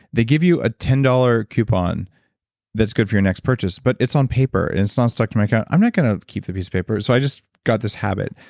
they give you a ten dollars coupon that's good for your next purchase, but it's on paper, and it's not stuck to my account. i'm not going to keep the piece of paper, so i just got this habit.